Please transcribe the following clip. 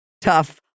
tough